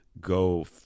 go